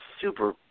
super